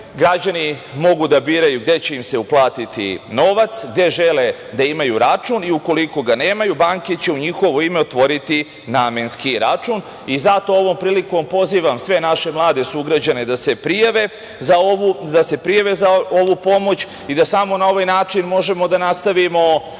građani mogu da biraju gde će im se uplatiti novac, gde žele da imaju račun i ukoliko ga nemaju banke će u njihovo ime otvoriti namenski račun. Zato, ovom prilikom pozivam sve naše mlade sugrađane da se prijave za ovu pomoć i da samo na ovaj način možemo da nastavimo vođenje